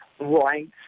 Right